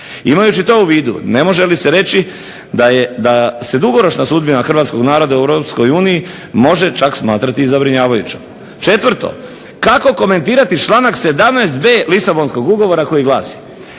Imajući to u vidu ne može li se reći da se dugoročna sudbina hrvatskog naroda u Europskoj uniji može čak smatrati zabrinjavajućom. Četvrto, kako komentirati članak 17.b Lisabonskog ugovora koji glasi: